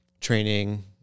training